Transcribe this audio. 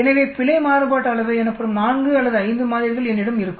எனவே பிழை மாறுபாட்டு அளவை எனப்படும் 4 அல்லது 5 மாதிரிகள் என்னிடம் இருக்கும்